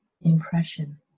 impression